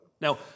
Now